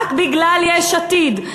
רק בגלל יש עתיד,